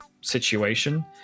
situation